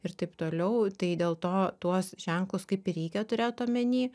ir taip toliau tai dėl to tuos ženklus kaip ir reikia turėt omeny